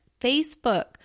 Facebook